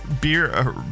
beer